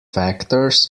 factors